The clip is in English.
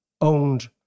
owned